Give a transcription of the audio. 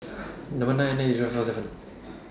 Number nine eight nine eight Zero five four seven